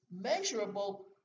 measurable